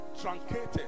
truncated